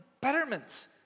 betterment